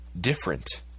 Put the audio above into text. different